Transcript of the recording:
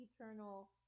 eternal